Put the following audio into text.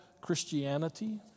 Christianity